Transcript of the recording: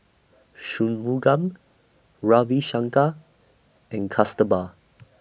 Shunmugam Ravi Shankar and Kasturba